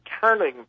turning